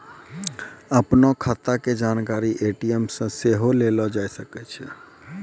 अपनो खाता के जानकारी ए.टी.एम से सेहो लेलो जाय सकै छै